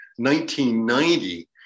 1990